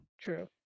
True